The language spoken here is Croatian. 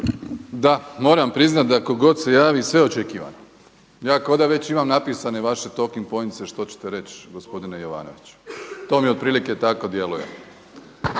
Da, moram priznati da tko god se javi sve očekivano. Ja kao da već imam napisane vaše toking pointse što ćete reći gospodine Jovanoviću. To vam otprilike tako djeluje.